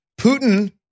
Putin